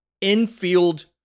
infield